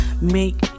make